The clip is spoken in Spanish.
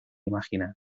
imaginar